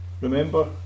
remember